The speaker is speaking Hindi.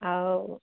और